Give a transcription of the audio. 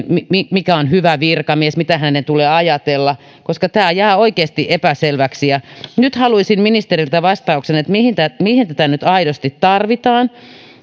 mikä on hyvä virkamies mitä hänen tulee ajatella tämä jää oikeasti epäselväksi nyt haluaisin ministeriltä vastauksen mihin tätä nyt aidosti tarvitaan